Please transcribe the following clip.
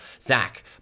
zach